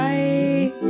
Bye